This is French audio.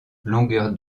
longueur